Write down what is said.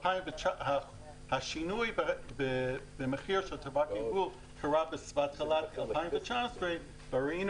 השינוי במחיר של טבק לגלגול קרה בתחילת 2019 וראינו